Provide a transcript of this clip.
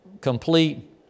complete